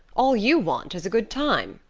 all you want is a good time.